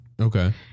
okay